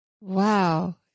Wow